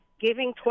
giving